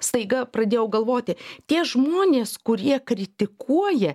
staiga pradėjau galvoti tie žmonės kurie kritikuoja